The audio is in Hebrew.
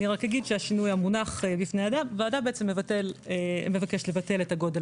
אני רק אגיד שהשינוי המונח בפני הוועדה מבקש לבטל את הגודל